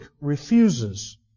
refuses